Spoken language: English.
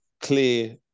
clear